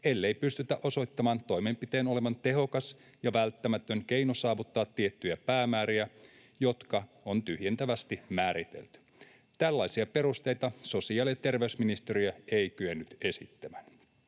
ellei pystytä osoittamaan toimenpiteen olevan tehokas ja välttämätön keino saavuttaa tiettyjä päämääriä, jotka on tyhjentävästi määritelty. Tällaisia perusteita sosiaali- ja terveysministeriö ei kyennyt esittämään.